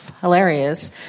hilarious